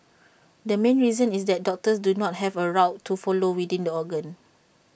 the main reason is that doctors do not have A route to follow within the organ